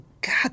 God